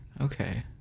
Okay